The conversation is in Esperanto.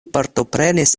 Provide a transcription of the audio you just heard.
partoprenis